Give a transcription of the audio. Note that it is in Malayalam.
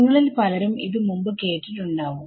നിങ്ങളിൽ പലരും ഇത് മുമ്പ് കെട്ടിട്ടുണ്ടാവാം